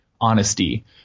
honesty